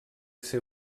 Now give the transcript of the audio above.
ser